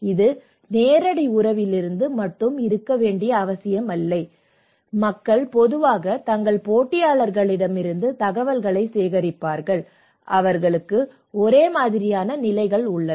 இது நேரடி உறவிலிருந்து மட்டுமே இருக்க வேண்டிய அவசியமில்லை மக்கள் பொதுவாக தங்கள் போட்டியாளர்களிடமிருந்து தகவல்களை சேகரிப்பார்கள் அவர்களுக்கு ஒரே மாதிரியான நிலைகள் உள்ளன